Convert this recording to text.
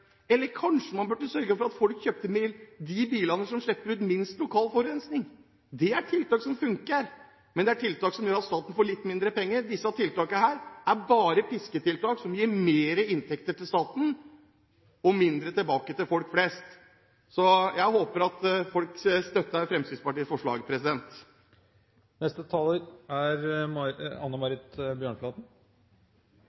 bilene som slipper ut minst lokal forurensing. Det er tiltak som funker. Men det er tiltak som gjør at staten får litt mindre penger. Disse tiltakene er bare «pisketiltak», som gir mer inntekter til staten og mindre tilbake til folk flest. Så jeg håper at folk støtter Fremskrittspartiets forslag.